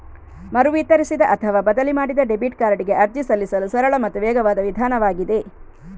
ಮರು ವಿತರಿಸಿದ ಅಥವಾ ಬದಲಿ ಮಾಡಿದ ಡೆಬಿಟ್ ಕಾರ್ಡಿಗೆ ಅರ್ಜಿ ಸಲ್ಲಿಸಲು ಸರಳ ಮತ್ತು ವೇಗವಾದ ವಿಧಾನವಾಗಿದೆ